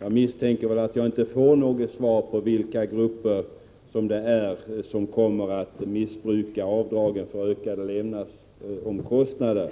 Jag misstänker att jag inte får något svar på min fråga om vilka grupper man misstänker kommer att missbruka avdragen för ökade levnadskostnader.